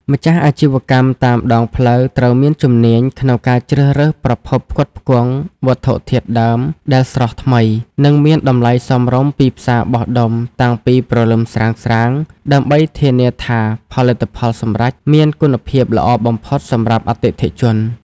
ម្ចាស់អាជីវកម្មតាមដងផ្លូវត្រូវមានជំនាញក្នុងការជ្រើសរើសប្រភពផ្គត់ផ្គង់វត្ថុធាតុដើមដែលស្រស់ថ្មី និងមានតម្លៃសមរម្យពីផ្សារបោះដុំតាំងពីព្រលឹមស្រាងៗ ដើម្បីធានាថាផលិតផលសម្រេចមានគុណភាពល្អបំផុតសម្រាប់អតិថិជន។